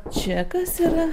čia kas yra